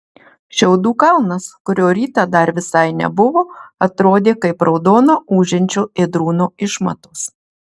šiaudų kalnas kurio rytą dar visai nebuvo atrodė kaip raudono ūžiančio ėdrūno išmatos